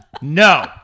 no